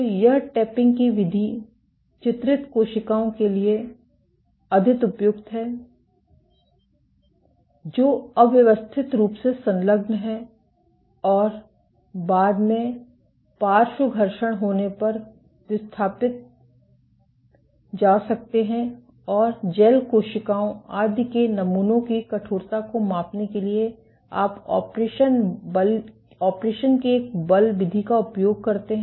तो यह टैपिंग विधि चित्रित कोशिकाओं के लिए अधिक उपयुक्त है जो अव्यवस्थित रूप से संलग्न हैं और बाद में पार्श्व घर्षण होने पर विस्थापित जा सकते हैं और जैल कोशिकाओं आदि के नमूनों की कठोरता को मापने के लिए आप ऑपरेशन के एक बल विधि का उपयोग करते हैं